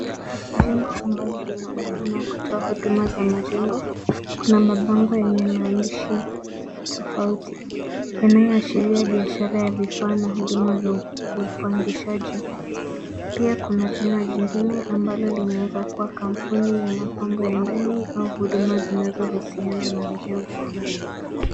Jengo ambalo linaonekana kutoa huduma za majengo. Kuna mabango yenye maandishi tofauti yanayoashiria biashara ya vifaa na huduma za upangishaji. Pia kuna jina jingine ambalo linaweza kuwa kampuni ya mapambo ya ndani au huduma zinazohusiana na mjengo huo.